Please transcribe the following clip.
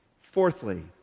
Fourthly